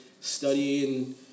studying